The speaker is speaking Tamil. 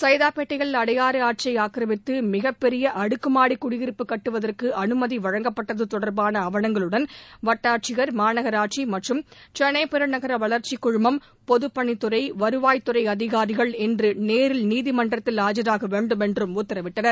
கைதாப்பேட்டையில் அடையாறு ஆற்றை ஆக்ரமித்து மிகப்பெரிய அடுக்குமாடிக் குடியிருப்பு கட்டுவதற்கு அனுமதி வழங்கப்பட்டது தொடர்பான ஆவணங்களுடன் வட்டாட்சியர் மாநகராட்சி மற்றும் சென்னை பெருநகர வளர்ச்சிக்குழமம் பொதுப்பணித்துறை வருவாய்த்துறை அதிகாரிகள் இன்று நேரில் நீதிமன்றத்தில் ஆஜராக வேண்டுமென்றும் உத்தரவிட்டனர்